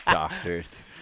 Doctors